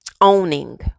owning